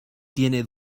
tiene